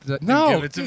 No